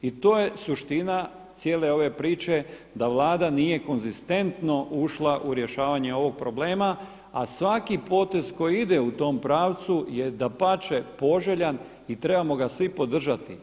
I to je suština cijele ove priče da Vlada nije konzistentno ušla u rješavanje ovog problema a svaki potez koji ide u tom pravcu je dapače poželjan i trebamo ga svi podržati.